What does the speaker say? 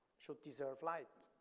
should deserve light,